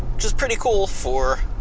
which is pretty cool for